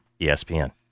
ESPN